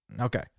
okay